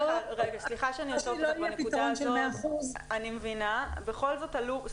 עד שלא יהיה פתרון של 100% --- אני מבינה שפחות